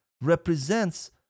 represents